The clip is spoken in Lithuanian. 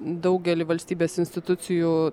daugelį valstybės institucijų